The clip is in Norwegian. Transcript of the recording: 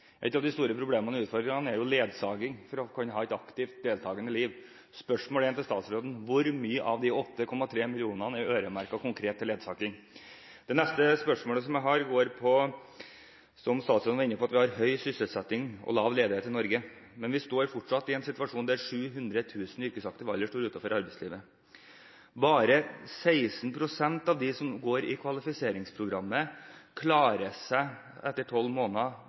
å kunne ha et aktivt, deltagende liv. Spørsmålet til statsråden er: Hvor mye av de 8,3 millionene er øremerket konkret til ledsagelse? Det neste spørsmålet jeg har, går på – som statsråden var inne på – at vi har høy sysselsetting og lav ledighet i Norge. Vi står fortsatt i en situasjon der 700 000 i yrkesaktiv alder står utenfor arbeidslivet. Bare 16 pst. av dem som går i kvalifiseringsprogrammet, klarer seg etter 12 måneder